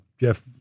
Jeff